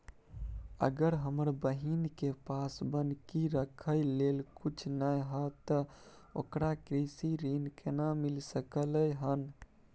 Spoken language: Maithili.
अगर हमर बहिन के पास बन्हकी रखय लेल कुछ नय हय त ओकरा कृषि ऋण केना मिल सकलय हन?